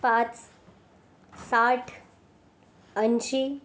पाच साठ ऐंशी